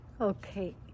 okay